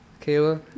Kayla